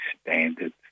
standards